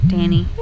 Danny